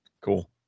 cool